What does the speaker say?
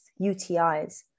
UTIs